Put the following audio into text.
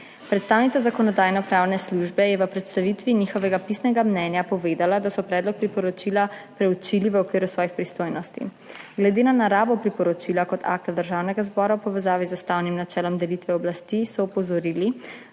Predstavnica Zakonodajno-pravne službe je v predstavitvi njihovega pisnega mnenja povedala, da so predlog priporočila preučili v okviru svojih pristojnosti. Glede na naravo priporočila kot akta Državnega zbora v povezavi z ustavnim načelom delitve oblasti so opozorili,